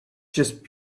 just